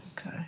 Okay